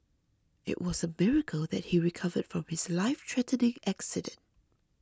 it was a miracle that he recovered from his lifethreatening accident